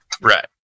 Right